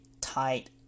tight